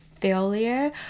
failure